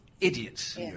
Idiots